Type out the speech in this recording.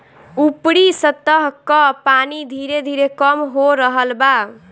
ऊपरी सतह कअ पानी धीरे धीरे कम हो रहल बा